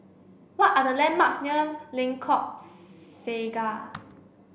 what are the landmarks near Lengkok Saga